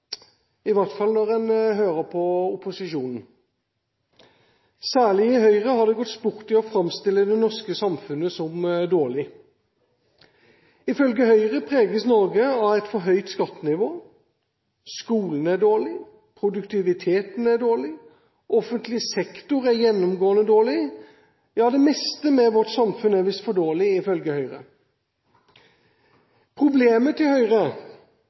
i hvert fall når en hører opposisjonen. Særlig i Høyre har det gått sport i å framstille det norske samfunnet som dårlig. Ifølge Høyre preges Norge av et for høyt skattenivå, skolene er dårlige, produktiviteten er dårlig, offentlig sektor er gjennomgående dårlig – ja, det meste med vårt samfunn er visst for dårlig ifølge Høyre. Problemet til Høyre